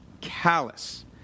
Callous